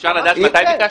אפשר לדעת מתי ביקשת?